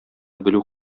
белү